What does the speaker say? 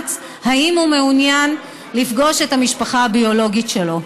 המאומץ וישאלו אם הוא מעוניין לפגוש את המשפחה הביולוגית שלו.